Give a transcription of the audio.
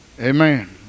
Amen